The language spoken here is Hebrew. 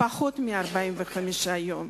בפחות מ-45 יום,